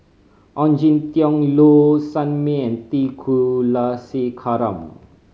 Ong Jin Teong Low Sanmay and T Kulasekaram